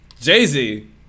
Jay-Z